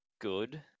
good